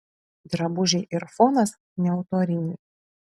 drabužiai ir fonas neautoriniai